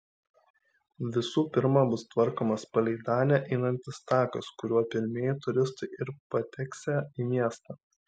visų pirma bus tvarkomas palei danę einantis takas kuriuo pirmieji turistai ir pateksią į miestą